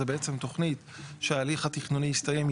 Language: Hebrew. זו בעצם תוכנית שההליך התכנוני הסתיים.